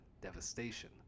devastation